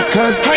Cause